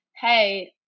Hey